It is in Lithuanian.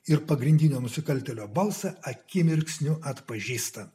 ir pagrindinio nusikaltėlio balsą akimirksniu atpažįsta